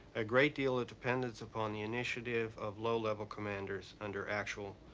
a great deal of dependence upon the initiative of low level commanders under actual